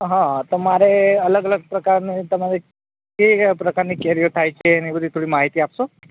હા તો મારે અલગ અલગ પ્રકારની તમારે કેવી કેવી પ્રકારની કેરીઓ થાય છે એ બધી થોડી માહિતી આપશો